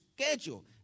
schedule